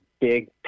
big